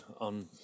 on